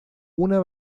una